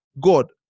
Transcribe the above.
God